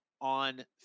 on